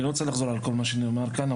אני לא רוצה לחזור על כל מה שנאמר כאן,